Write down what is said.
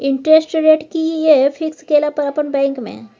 Interest rate कि ये fix केला पर अपन बैंक में?